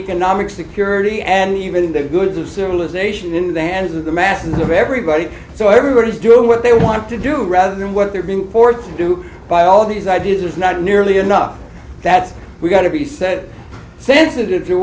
economic security and even the goods of civilization in the hands of the masses of everybody so everybody is doing what they want to do rather than what they're being forced to do by all these ideas is not nearly enough that's got to be said sensitive t